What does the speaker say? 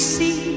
see